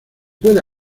puede